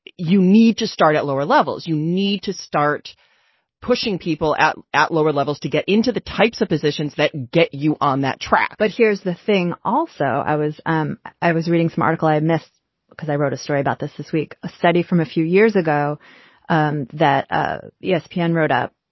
you need to start at lower levels. you need to start pushing people out at lower levels to get into the types of positions that get you on that track but here's the thing also. i was um i was reading some article i missed because i wrote a story about this this week, a study from a few years ago um that ah yeah espn wrote up.